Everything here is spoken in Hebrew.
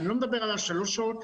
אני לא מדבר על השלוש שעות,